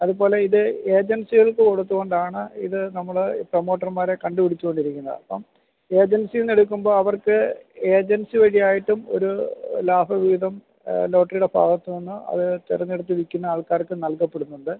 അതുപോലെ ഇത് ഏജൻസികൾക്ക് കൊടുത്തുകൊണ്ടാണ് ഇത് നമ്മൾ പ്രൊമോട്ടർമാരെ കണ്ടുപിടിച്ചുകൊണ്ടിരിക്കിന്നത് അപ്പം ഏജൻസിയിൽ നിന്ന് എടുക്കുമ്പോൾ അവർക്ക് ഏജൻസി വഴിയായിട്ടും ഒരു ലാഭ വിഹിതം ലോട്ടറിയുടെ ഭാഗത്തുനിന്ന് അത് തിരഞ്ഞെടുത്ത് വിൽക്കുന്ന ആൾക്കാർക്ക് നൽകപ്പെടുന്നുണ്ട്